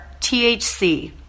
THC